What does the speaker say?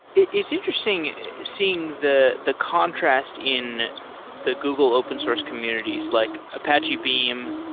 it's interesting seeing the the contrast in the google open source communities, like apache beam,